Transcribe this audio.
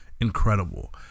incredible